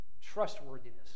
trustworthiness